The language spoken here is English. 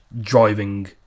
driving